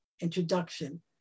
introduction